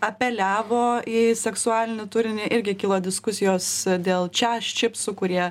apeliavo į seksualinį turinį irgi kilo diskusijos dėl čes čipsų kurie